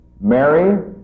Mary